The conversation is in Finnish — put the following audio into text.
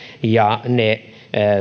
ja ne